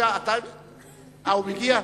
הוא מגיע?